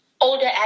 older